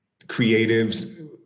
creatives